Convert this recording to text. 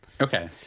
Okay